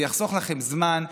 זה יחסוך לכם זמן,